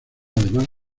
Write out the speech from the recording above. además